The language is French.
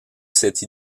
cette